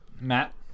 Matt